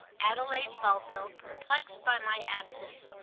adelaide mulville, perplexed by my absence,